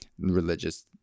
religious